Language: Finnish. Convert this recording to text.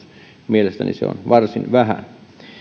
mielestäni se on varsin vähän